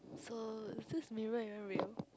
so it's still mirror even real